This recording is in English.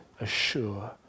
assure